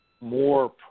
more